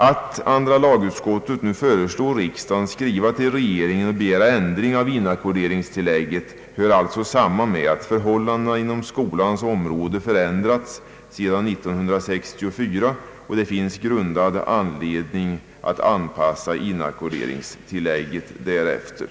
Att andra lagutskottet nu föreslår riksdagen att skriva till Kungl. Maj:t och begära en ändring av reglerna för inackorderingstillägget hör således samman med att förhållandena inom skolans område förändrats sedan år 1964, och det finns grundad anledning att anpassa inackorderingstillägget därefter.